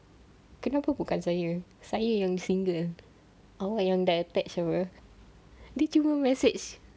kenapa bukan saya saya yang single awak yang dah attached [pe] dia cuma message